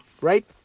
right